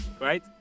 right